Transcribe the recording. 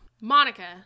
Monica